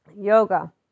Yoga